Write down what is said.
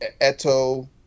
Eto